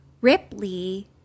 Ripley